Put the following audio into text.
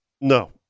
no